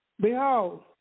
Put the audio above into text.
Behold